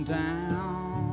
down